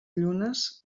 llunes